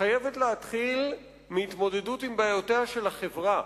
חייבת להתחיל מהתמודדות עם בעיותיה של החברה.